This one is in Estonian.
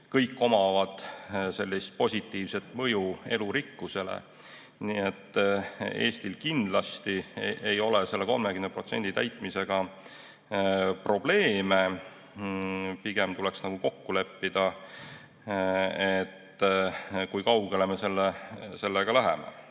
kõik omavad positiivset mõju elurikkusele. Nii et Eestil kindlasti ei ole selle 30% täitmisega probleeme. Pigem tuleks kokku leppida, kui kaugele me sellega läheme.